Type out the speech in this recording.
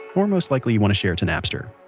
or most likely you want to share it to napster.